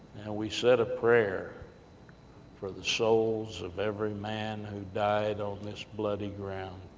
we said a prayer for the souls of every man, who died on this bloody ground.